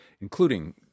including